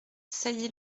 sailly